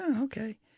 okay